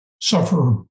suffer